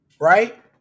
right